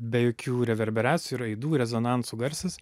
be jokių reverberacijų ir aidų rezonansų garsas